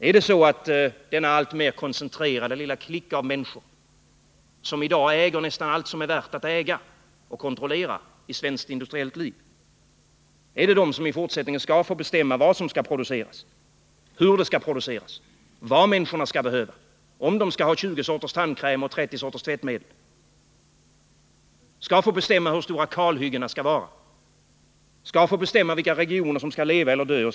Är det så att denna alltmer koncentrerade lilla klick av människor, som i dag äger nästan allt som är värt att äga och kontrollera inom svensk industri, även i fortsättningen skall få bestämma vad som skall produceras, hur det skall produceras, vad människorna behöver — om de behöver 20 sorters tandkräm och 30 sorters tvättmedel? Skall denna lilla klick av människor få bestämma hur stora kalhyggena skall vara? Skall de få bestämma vilka regioner som skall få leva och vilka som skall dö?